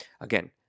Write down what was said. again